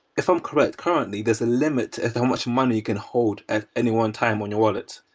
if i'm correct, currently, there's a limit at how much money you can hold at any one time on your wallet.